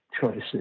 choices